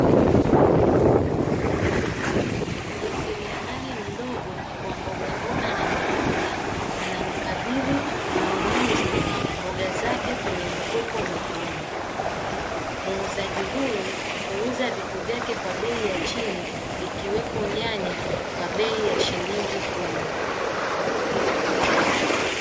Mjasiriamali mdogo wa mbogamboga na matunda anamkabidhi mnunuzi mboga zake kwenye mfuko mwekundu. Muuzaji huyu huuza vitu vyake kwa bei ya chini ikiwepo nyanya kwa bei ya shilingi kumi.